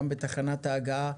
גם בתחנות ההגעה.